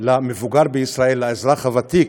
למבוגר בישראל, לאזרח הוותיק,